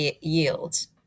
yields